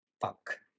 fuck